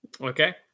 okay